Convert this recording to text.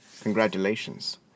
congratulations